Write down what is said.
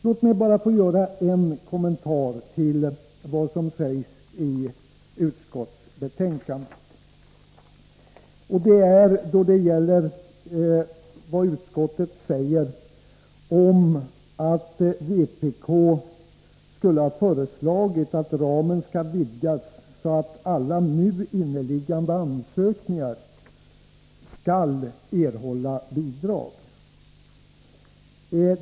Låt mig bara få göra en kommentar till vad som sägs i utskottsbetänkandet. Utskottet skriver att vpk skulle ha föreslagit att ”ramen skall vidgas så att alla nu inneliggande ansökningar skall erhålla bidrag”.